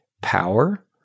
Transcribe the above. power